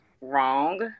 wrong